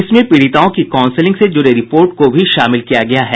इसमें पीड़िताओं की कॉउसिलिंग से जुड़े रिपोर्ट को भी शामिल किया गया है